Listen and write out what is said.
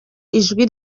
ijwi